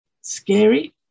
Scary